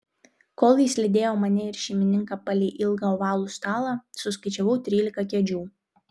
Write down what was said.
kol jis lydėjo mane ir šeimininką palei ilgą ovalų stalą suskaičiavau trylika kėdžių